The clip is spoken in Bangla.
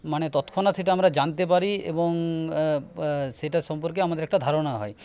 মানে তৎক্ষণাৎ সেটা আমরা জানতে পারি এবং সেটা সম্পর্কে আমাদের একটা ধারণা হয়